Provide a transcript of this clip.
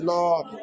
Lord